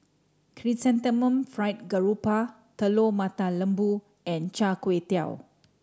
Chrysanthemum Fried Garoupa Telur Mata Lembu and Char Kway Teow